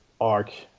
arc